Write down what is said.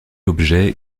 objet